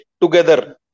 together